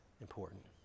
important